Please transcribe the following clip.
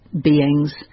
beings